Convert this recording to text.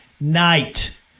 night